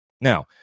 Now